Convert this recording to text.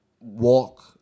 walk